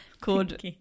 called